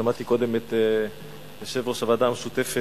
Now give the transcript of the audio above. שמעתי קודם את יושב-ראש הוועדה המשותפת,